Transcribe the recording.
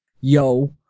yo